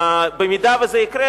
במידה שזה יקרה,